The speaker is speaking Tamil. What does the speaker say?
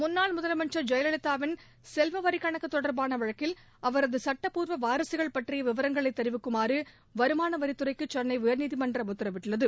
முன்னாள் முதலமைச்சா் ஜெயலலிதாவின் செல்வ வரிக்கணக்கு தொடா்பான வழக்கில் அவரது சட்டப்பூர்வ வாரிககள் பற்றிய விவரங்களை தெரிவிக்குமாறு வருமான வரித்துறைக்கு சென்னை உயர்நீதிமன்றம் உத்தரவிட்டுள்ளது